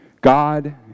God